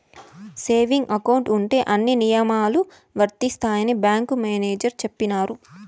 saving account ఉంటే అన్ని నియమాలు వర్తిస్తాయని బ్యాంకు మేనేజర్ చెప్పినారు